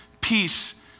peace